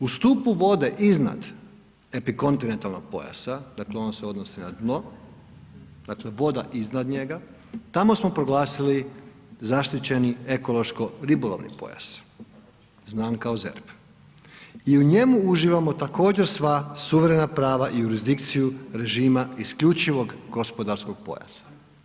U stupu vode iznad epikontinentalnog pojasa, dakle ono se odnosi na dno, dakle voda iznad njega, tamo smo proglasili zaštićeni ekološko ribolovni pojas, znan kao ZERP i u njemu uživamo također sva suverena prava jurizdikciju režima isključivog gospodarskog pojasa.